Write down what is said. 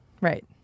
Right